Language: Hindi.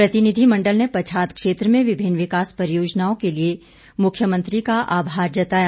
प्रतिनिधिमंडल ने पच्छाद क्षेत्र में विभिन्न विकास परियोजनाओं के लिए मुख्यमंत्री का आभार जताया